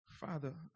Father